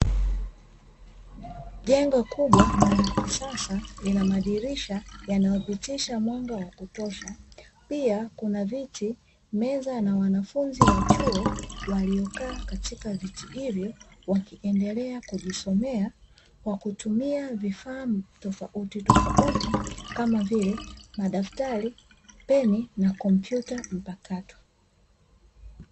Jengo kubwa na la kisasa lina madirisha yanayopitisha mwanga wa kutosha, pia kuna: viti, meza na wanafunzi wa chuo waliokaa katika viti hivyo; wakiendelea kujisomea kwa kutumia vifaa tofautitofauti kama vile: madaftari, peni na kompyuta mpakato.